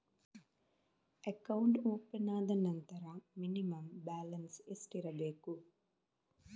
Account open ಆದ ನಂತರ minimum balance ಎಷ್ಟಿರಬೇಕು?